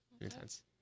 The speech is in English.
intense